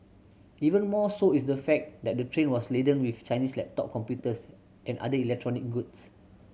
even more so is the fact that the train was laden with Chinese laptop computers and other electronic goods